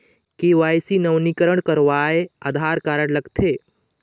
KYC नवीनीकरण करवाये Aadhaar card लगथे?